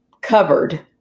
covered